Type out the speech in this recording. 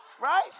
Right